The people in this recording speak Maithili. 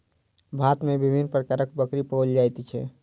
भारत मे विभिन्न प्रकारक बकरी पाओल जाइत छै